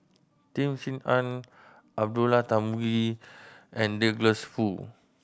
Tan Sin Aun Abdullah Tarmugi and Douglas Foo